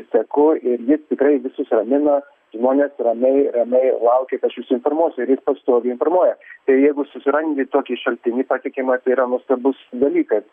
seku ir jis tikrai visus ramina žmonės ramiai ramiai laukit aš jus informuosiu ir jis pastoviai informuoja tai jeigu susirandi tokį šaltinį patikimą tai yra nuostabus dalykas